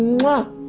and